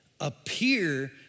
appear